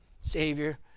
savior